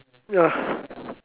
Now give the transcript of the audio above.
ya